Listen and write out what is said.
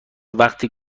وقتی